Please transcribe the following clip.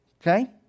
Okay